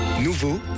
Nouveau